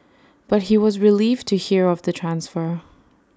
but he was relieved to hear of the transfer